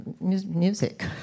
music